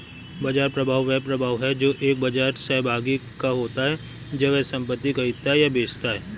बाजार प्रभाव वह प्रभाव है जो एक बाजार सहभागी का होता है जब वह संपत्ति खरीदता या बेचता है